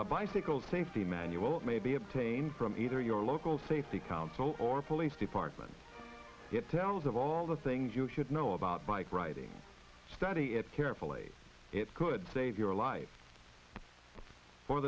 a bicycle safety manual may be obtained from either your local safety council or police department it tells of all the things you should know about bike riding study it carefully it could save your life for